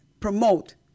promote